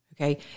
okay